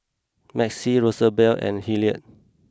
Maxie Rosabelle and Hillard